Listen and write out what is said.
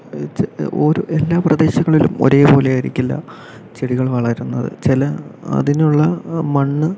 ഒരു എല്ലാ പ്രദേശങ്ങളിലും ഒരേ പോലെയായിരിക്കില്ല ചെടികൾ വളരുന്നത് ചില അതിനുള്ള മണ്ണ്